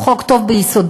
הוא חוק טוב ביסודו.